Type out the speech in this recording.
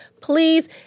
Please